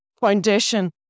foundation